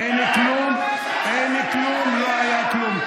אין כלום, לא היה כלום.